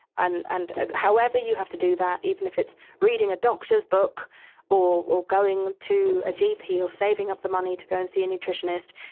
and and however you have to do that even if it's reading a doctor's book or or going to a gp or saving up the money to go and see a nutritionist.